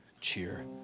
cheer